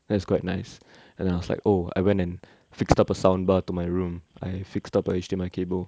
that's quite nice and then I was like oh I went and fixed up a sound bar to my room I fixed up a H_D_M_I cable